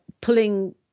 pulling